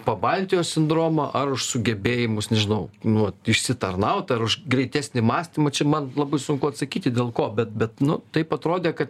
pabaltijo sindromą ar už sugebėjimus nežinau nuo išsitarnaut ar už greitesnį mąstymą čia man labai sunku atsakyti dėl ko bet bet nu taip atrodė kad